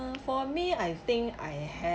for me I think I had